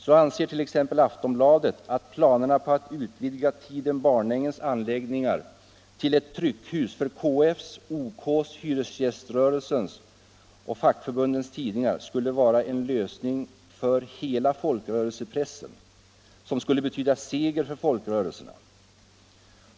Så anser t.ex. Aftonbladet att planerna på att utvidga Tiden-Barnängens anläggningar till ett tryckhus för KF:s, OK:s, hyresgäströrelsens och fackförbundens tidningar skulle vara en lösning för ”hela folkrörelsepressen”, som skulle betyda ”seger för folkrörelserna”.